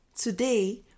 Today